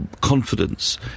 confidence